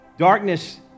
Darkness